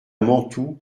mantoue